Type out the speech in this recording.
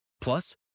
Plus